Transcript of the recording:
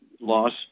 loss